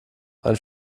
mein